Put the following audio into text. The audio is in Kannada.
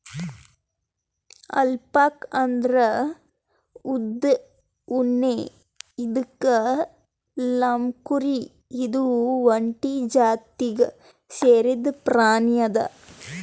ಅಲ್ಪಾಕ್ ಅಂದ್ರ ಉದ್ದ್ ಉಣ್ಣೆ ಇದ್ದಿದ್ ಲ್ಲಾಮ್ಕುರಿ ಇದು ಒಂಟಿ ಜಾತಿಗ್ ಸೇರಿದ್ ಪ್ರಾಣಿ ಅದಾ